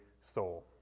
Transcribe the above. soul